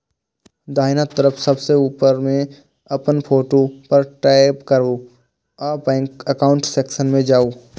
दाहिना तरफ सबसं ऊपर मे अपन फोटो पर टैप करू आ बैंक एकाउंट सेक्शन मे जाउ